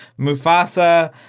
Mufasa